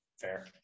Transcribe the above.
fair